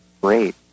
great